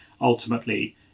ultimately